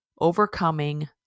overcoming